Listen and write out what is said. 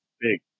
Big